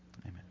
amen